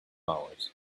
hours